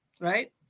right